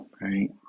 right